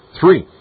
Three